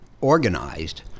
organized